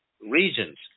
regions